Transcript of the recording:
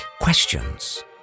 questions